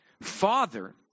Father